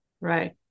Right